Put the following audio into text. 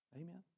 Amen